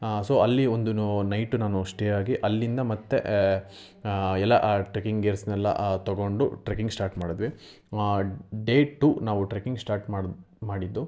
so ಅಲ್ಲಿ ಒಂದು night ನಾನು ಸ್ಟೇ ಆಗಿ ಅಲ್ಲಿಂದ ಮತ್ತೆ ಎಲ್ಲ ಟ್ರೆಕ್ಕಿಂಗ್ ಗೇರ್ಸ್ನೆಲ್ಲ ತೊಗೊಂಡು ಟ್ರೆಕ್ಕಿಂಗ್ ಸ್ಟಾರ್ಟ್ ಮಾಡಿದ್ವಿ ಡೇ ಟೂ ನಾವು ಟ್ರೆಕ್ಕಿಂಗ್ ಸ್ಟಾರ್ಟ್ ಮಾಡಿ ಮಾಡಿದ್ದು